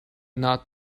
not